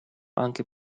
anche